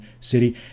city